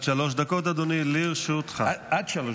עד שלוש דקות לרשותך, אדוני.